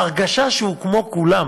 ההרגשה שהוא כמו כולם